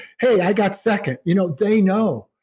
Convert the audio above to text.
hey, i got second. you know they know.